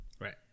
right